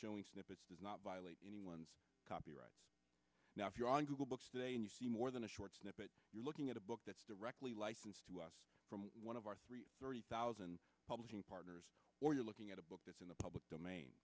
showing snippets does not violate anyone's copyright now if you're on google books today and you see more than a short snippet you're looking at a book that's directly licensed to us from one of our thirty thousand publishing partners or you're looking at a book that's in the public domain